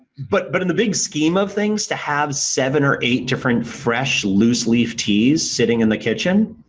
but but in the big scheme of things to have seven or eight different fresh loose-leaf teas sitting in the kitchen,